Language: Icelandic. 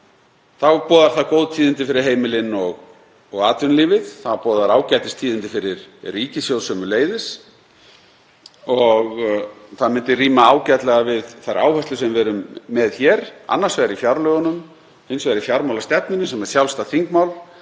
boðar það góð tíðindi fyrir heimilin og atvinnulífið. Það boðar ágætistíðindi fyrir ríkissjóð sömuleiðis og það myndi ríma ágætlega við þær áherslur sem við erum með hér, annars vegar í fjárlögunum og hins vegar í fjármálastefnunni sem er sjálfstætt þingmál,